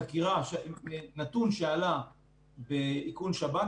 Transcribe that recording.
-- -נתון שעלה באיכון שב"כ,